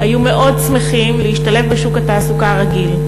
היו מאוד שמחים להשתלב בשוק התעסוקה הרגיל.